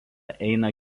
eina